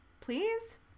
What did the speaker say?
Please